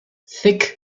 six